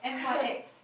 n_y_x